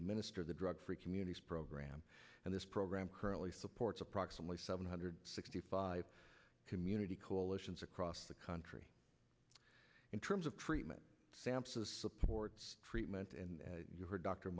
administer the drug free communities program and this program currently supports approximately seven hundred sixty five community coalitions across the country in terms of treatment sampson's supports treatment and your doctor